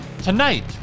Tonight